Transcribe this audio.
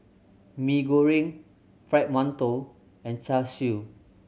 Mee Goreng Fried Mantou and Char Siu